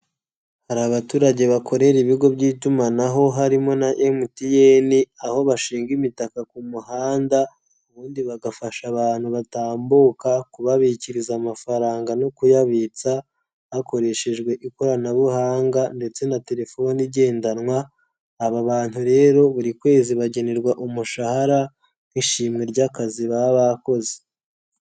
Hari abaturage bakorera ibigo by'itumanaho harimo na MTN aho bashinga imitaka ku muhanda ubundi bagafasha abantu batambuka kubabikiriza amafaranga no kuyabitsa hakoreshejwe ikoranabuhanga ndetse na telefoni igendanwa, aba bantu rero buri kwezi bagenerwa umushahara nk'ishimwe ry'akazi baba bakoze.